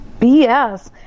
BS